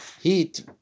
Heat